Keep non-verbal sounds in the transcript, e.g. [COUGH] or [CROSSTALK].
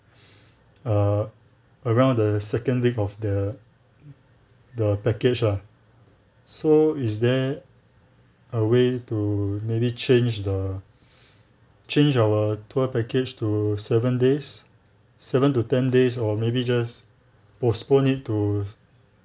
[BREATH] err around the second week of the the package lah so is there a way to maybe change the [BREATH] change our tour package to seven days seven to ten days or maybe just postpone it to